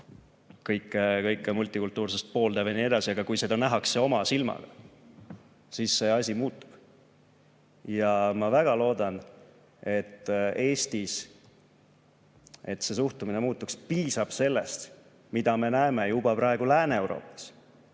multikultuursust pooldav jne. Aga kui seda nähakse oma silmaga, siis see asi muutub. Ma väga loodan, et Eestis see suhtumine muutuks. Piisab sellest, mida me näeme juba praegu Lääne-Euroopas.